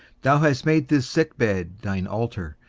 thou hast made this sick bed thine altar,